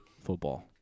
Football